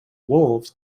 wolves